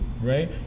right